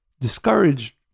discouraged